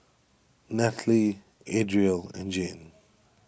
Nataly Adriel and Jane